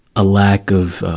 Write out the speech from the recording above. a lack of, ah,